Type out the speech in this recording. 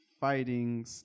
fighting